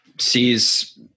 sees